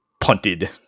punted